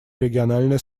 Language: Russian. региональное